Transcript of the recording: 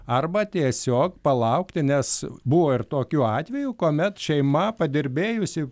arba tiesiog palaukti nes buvo ir tokių atvejų kuomet šeima padirbėjusi